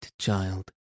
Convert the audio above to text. child